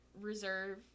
reserve